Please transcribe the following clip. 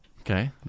Okay